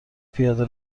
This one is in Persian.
پیاده